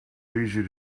easy